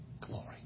glory